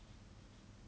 mm